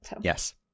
Yes